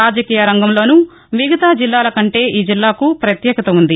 రాజకీయ రంగంలోనూ మిగతా జిల్లాలకంటే ఈ జిల్లాకు పత్యేకత ఉంది